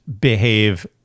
behave